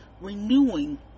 renewing